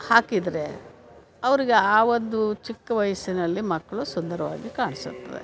ಹಾಕಿದರೆ ಅವ್ರಿಗೆ ಆ ಒಂದು ಚಿಕ್ಕ ವಯಸ್ಸಿನಲ್ಲಿ ಮಕ್ಕಳು ಸುಂದರವಾಗಿ ಕಾಣಿಸುತ್ತವೆ